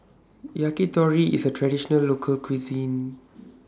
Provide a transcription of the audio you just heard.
Yakitori IS A Traditional Local Cuisine